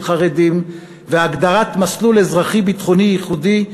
חרדים והגדרת מסלול אזרחי ביטחוני ייחודי,